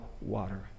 water